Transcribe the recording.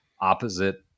opposite